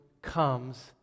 comes